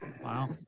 Wow